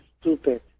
stupid